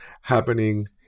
happening